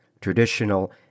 traditional